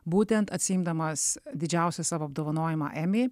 būtent atsiimdamas didžiausią savo apdovanojimą emmy